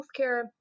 healthcare